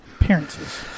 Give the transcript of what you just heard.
Appearances